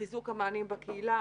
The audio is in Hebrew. חיזוק המענים בקהילה,